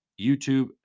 YouTube